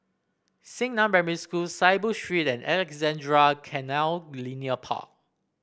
Xingnan Primary School Saiboo Street and Alexandra Canal Linear Park